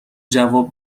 جواب